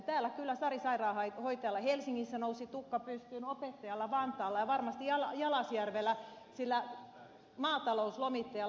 täällä kyllä sari sairaanhoitajalla helsingissä nousi tukka pystyyn opettajalla vantaalla ja varmasti jalasjärvellä sillä maatalouslomittajalla